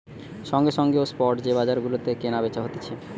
সঙ্গে সঙ্গে ও স্পট যে বাজার গুলাতে কেনা বেচা হতিছে